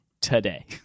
today